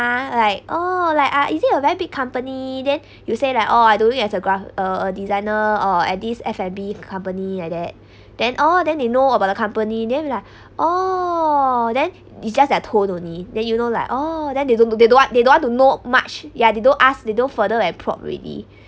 I like oh like ah is it a very big company then you say like oh I doing as a graph a a designer orh at this F&B company like that then orh then they know about the company then like orh then it's just their tone only that you know like oh then they don't they don't want they don't want to know much yeah they don't ask they don't further and propped already